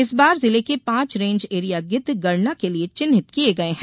इस बार जिले के पांच रेंज एरिया गिद्ध गणना के लिए चिन्हित किए गए हैं